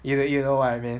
you will you know what I mean